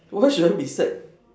why should I be sad